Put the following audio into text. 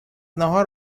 ناهار